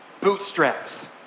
bootstraps